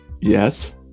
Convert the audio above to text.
Yes